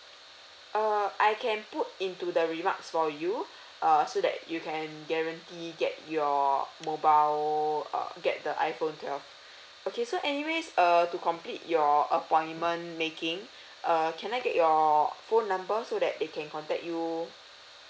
err I can put into the remarks for you err so that you can guarantee get your mobile uh get the iphone twelve okay so anyways err to complete your appointment making err can I get your phone number so that they can contact you